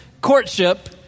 courtship